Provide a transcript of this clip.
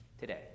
today